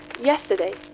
yesterday